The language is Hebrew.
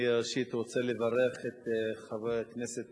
ראשית אני רוצה לברך את חבר הכנסת